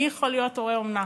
מי יכול להיות הורה אומנה.